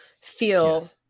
feel